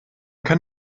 kann